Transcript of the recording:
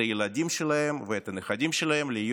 את הילדים שלהם ואת הנכדים שלהם להיות